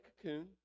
cocoon